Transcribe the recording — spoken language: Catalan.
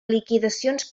liquidacions